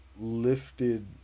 lifted